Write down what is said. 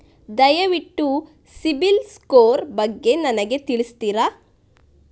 ದಯವಿಟ್ಟು CIBIL score ಬಗ್ಗೆ ನನಗೆ ತಿಳಿಸ್ತಿರಾ?